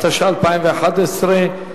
התשע"א 2011,